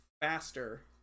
faster